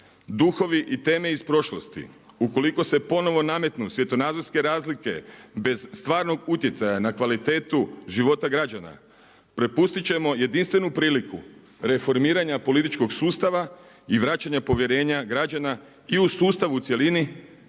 duhovi i teme iz prošlosti, ukoliko se ponovo nametnu svjetonazorske razlike bez stvarnog utjecaja na kvalitetu života građana, propustit ćemo jedinstvenu priliku reformiranja političkog sustava i vraćanja povjerenja građana i u sustav u cjelini